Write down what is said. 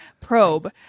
probe